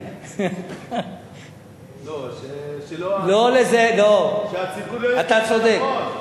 לא לזה, שהציבור לא, אתה צודק.